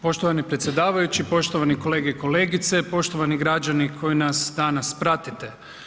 Poštovani predsjedavajući, poštovani kolege i kolegice, poštovani građani koji nas danas pratite.